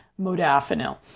modafinil